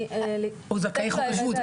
הם זכאי חוק השבות.